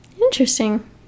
Interesting